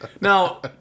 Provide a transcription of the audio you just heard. Now